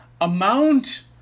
amount